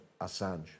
Assange